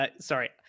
sorry